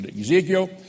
Ezekiel